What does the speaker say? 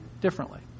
differently